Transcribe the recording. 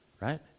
right